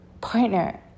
partner